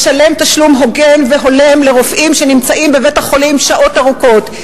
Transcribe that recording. לשלם תשלום הוגן והולם לרופאים שנמצאים בבית-החולים שעות ארוכות.